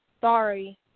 Sorry